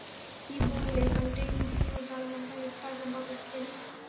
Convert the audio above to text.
ఈ బూమి లేకంటే ఈ జీవజాలమంతా ఎట్టాగబ్బా బతికేది